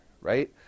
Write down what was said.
Right